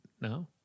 No